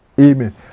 Amen